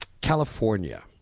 California